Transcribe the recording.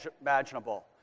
imaginable